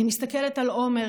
אני מסתכלת על עמר,